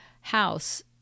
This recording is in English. house